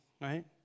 right